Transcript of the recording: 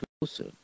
closer